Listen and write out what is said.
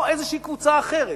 או איזו קבוצה אחרת,